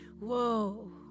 Whoa